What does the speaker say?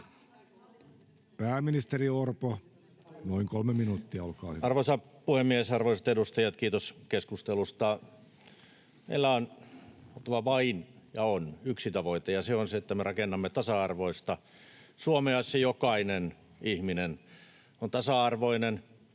pääministeri Orpo, noin kolme minuuttia, olkaa hyvä. Arvoisa puhemies ja arvoisat edustajat! Kiitos keskustelusta. Meillä on oltava ja on vain yksi tavoite, ja se on se, että me rakennamme tasa-arvoista Suomea, jossa jokainen ihminen on tasa-arvoinen,